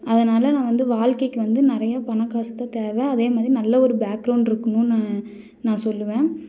அதனால் நான் வந்து வாழ்க்கைக்கு வந்து நிறையா பணம் காசு தான் தேவை அதே மாதிரி நல்ல ஒரு பேக்ரௌண்ட் இருக்கணும்னு நான் சொல்லுவேன்